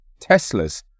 Teslas